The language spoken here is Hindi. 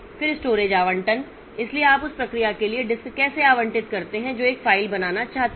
फिर स्टोरेज आवंटन इसलिए आप उस प्रक्रिया के लिए डिस्क कैसे आवंटित करते हैं जो एक फ़ाइल बनाना चाहती है